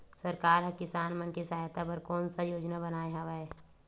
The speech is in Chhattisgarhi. सरकार हा किसान मन के सहायता बर कोन सा योजना बनाए हवाये?